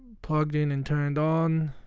plugged in and turned on